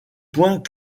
point